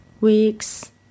weeks